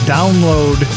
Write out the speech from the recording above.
Download